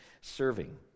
serving